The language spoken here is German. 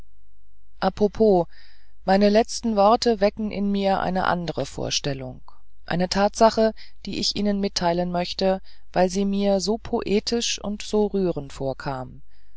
apropos meine letzten worte wecken in mir eine andere vorstellung eine tatsache die ich ihnen mitteilen möchte weil sie mir so poetisch und so rührend vorkam